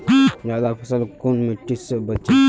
ज्यादा फसल कुन मिट्टी से बेचे?